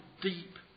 deep